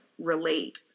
relate